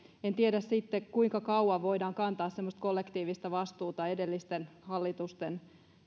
en tiedä sitten kuinka kauan voidaan kantaa semmoista kollektiivista vastuuta edellisten hallitusten